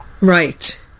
Right